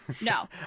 No